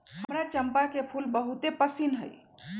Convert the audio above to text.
हमरा चंपा के फूल बहुते पसिन्न हइ